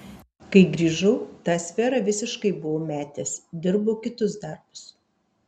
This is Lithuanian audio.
kai grįžau tą sferą visiškai buvau metęs dirbau kitus darbus